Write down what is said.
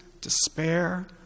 despair